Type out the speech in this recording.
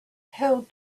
held